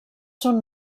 són